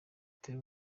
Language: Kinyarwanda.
atari